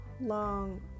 long